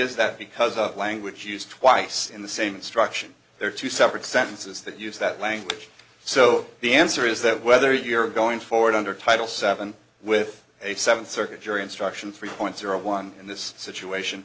is that because of language used twice in the same instruction there are two separate sentences that use that language so the answer is that whether you're going forward under title seven with a seventh circuit jury instruction three point zero one in this situation